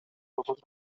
لغات